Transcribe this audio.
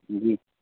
جی